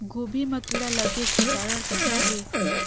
गोभी म कीड़ा लगे के कारण कतना हे?